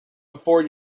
before